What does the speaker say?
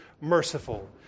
merciful